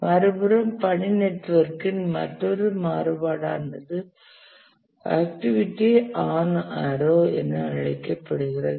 மறுபுறம் பணி நெட்வொர்க்கின் மற்றொரு மாறுபாடானது ஆக்டிவிட்டி ஆன் ஆரோ என அழைக்கப்படுகிறது